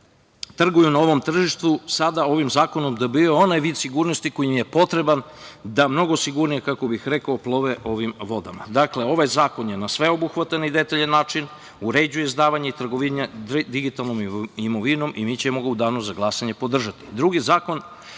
da trguju na ovom tržištu sada ovim zakonom dobijaju onaj vid sigurnosti koji im je potreban da kako bi rekao, mnogo sigurnije plove ovim vodama. Dakle, ovaj zakon na sveobuhvatan i detaljan način uređuje izdavanje i trgovanje digitalnom trgovinom i mi ćemo ga u danu za glasanje podržati. Drugi